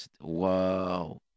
Wow